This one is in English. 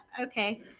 Okay